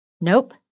Nope